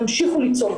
תמשיכו ליצור,